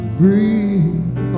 breathe